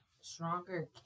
stronger